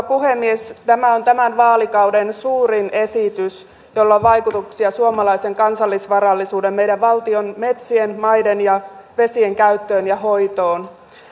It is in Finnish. tämä on tämän vaalikauden suurin esitys jolla on vaikutuksia suomalaisen kansallisvarallisuuden meidän valtion metsien maiden ja vesien käyttöön ja hoitoon